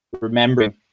remembering